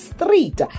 Street